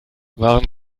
waren